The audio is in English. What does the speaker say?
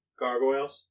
gargoyles